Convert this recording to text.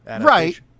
Right